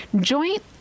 joint